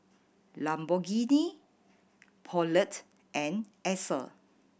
Lamborghini Poulet and Acer